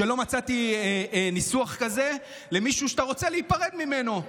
שלא מצאתי ניסוח כזה למישהו שאתה רוצה להיפרד ממנו: